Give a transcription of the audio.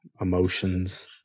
Emotions